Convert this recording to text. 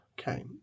Okay